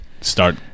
start